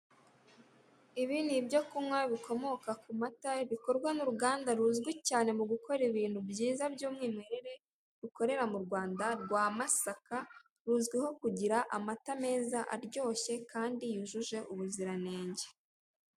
Ibi ni ibyo kunywa bikomoka ku mata bikorwa mu ruganda ruzwi cyane mu gukora ibintu byiza by'umwimerere rukorera mu Rwanda rwa Masaka ruzwiho kugira amata meza aryoshye kandi yujuje ubuziranenge.